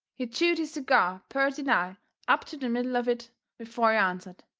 he chewed his cigar purty nigh up to the middle of it before he answered,